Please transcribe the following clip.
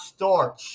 Storch